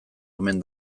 omen